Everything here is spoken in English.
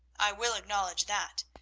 i will acknowledge that.